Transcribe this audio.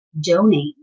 donate